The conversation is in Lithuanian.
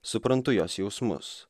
suprantu jos jausmus